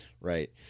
Right